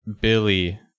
Billy